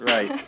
Right